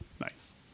nice